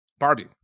Barbie